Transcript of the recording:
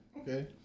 Okay